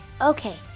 Okay